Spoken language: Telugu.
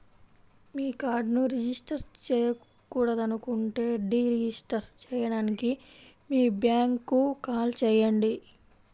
మీ కార్డ్ను రిజిస్టర్ చేయకూడదనుకుంటే డీ రిజిస్టర్ చేయడానికి మీ బ్యాంక్కు కాల్ చేయండి